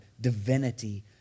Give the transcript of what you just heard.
divinity